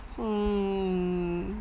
mm